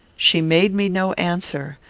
she made me no answer,